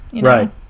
right